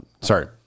sorry